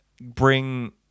bring